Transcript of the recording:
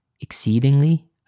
exceedingly